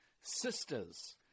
sisters